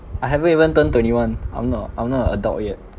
I haven't even turn twenty one I'm not I'm not a adult yet